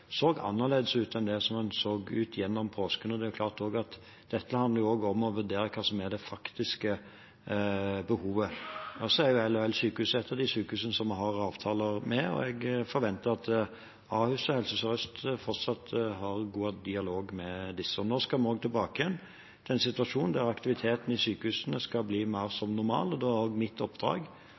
så annerledes ut enn slik den så ut gjennom påsken. Dette handler jo også om å vurdere hva som er det faktiske behovet. LHL-sykehuset et av de sykehusene vi har avtaler med, og jeg forventer at Ahus og Helse Sør-Øst fortsatt har en god dialog med disse. Nå skal vi tilbake til en situasjon der aktiviteten i sykehusene skal bli mer normal, og da er mitt oppdrag